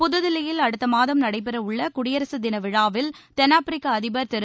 புதுதில்லியில் அடுத்த மாதம் நடைபெறவுள்ள குடியரசு தின விழாவில் தென்னாப்பிரிக்க அதிபர் திரு